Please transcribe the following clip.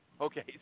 Okay